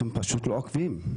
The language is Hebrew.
אתם פשוט לא עוקבים,